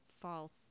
false